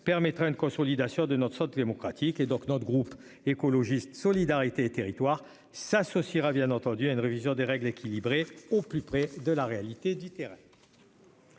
permettra une consolidation de notre santé démocratique et donc, notre groupe écologiste solidarité et territoires s'associera bien entendu à une révision des règles équilibrées au plus près de la réalité du terrain.--